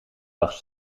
wacht